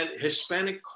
Hispanic